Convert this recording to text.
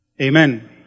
Amen